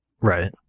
Right